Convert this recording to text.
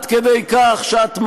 את כדי כך שאת